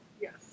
yes